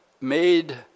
made